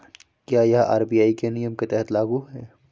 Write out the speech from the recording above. क्या यह आर.बी.आई के नियम के तहत लागू है?